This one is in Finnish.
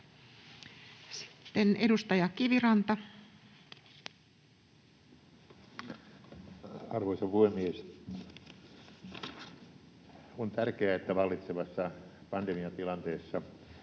Time: 14:06 Content: Arvoisa puhemies! On tärkeää, että vallitsevassa pandemiatilanteessa